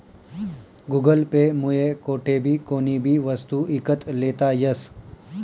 Google Pay मुये कोठेबी कोणीबी वस्तू ईकत लेता यस